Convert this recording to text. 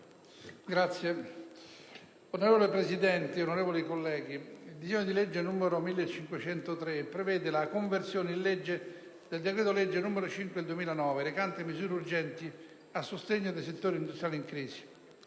Signor Presidente, onorevoli colleghi, il disegno di legge n. 1503 prevede la conversione in legge del decreto-legge n. 5 del 2009, recante misure urgenti a sostegno dei settori industriali in crisi.